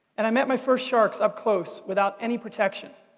and i met my first sharks up close, without any protection,